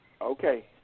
Okay